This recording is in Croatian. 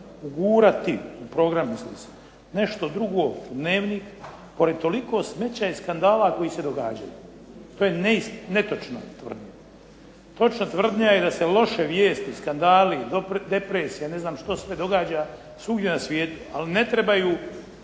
ugurati, u program misli se, nešto drugo u Dnevnik pored toliko smeća i skandala koji se događaju. To je netočna tvrdnja. Točna tvrdnja je da se loše vijesti, skandali, depresije i ne znam što sve događa svugdje na svijetu, ali ne trebaju